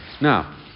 Now